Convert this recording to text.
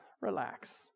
Relax